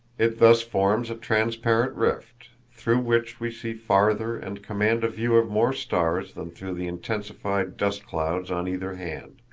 it thus forms a transparent rift, through which we see farther and command a view of more stars than through the intensified dust-clouds on either hand.